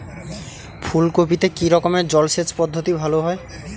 ফুলকপিতে কি রকমের জলসেচ পদ্ধতি ভালো হয়?